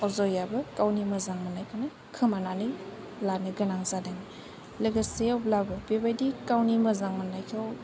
अजयआबो गावनि मोजां मोननायखौनो खोमानानै लानो गोनां जादों लोगोसे अब्लाबो बेबायदि गावनि मोजां मोननायखौ